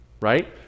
Right